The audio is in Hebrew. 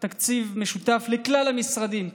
תקציב משותף לכלל המשרדים,